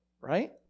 right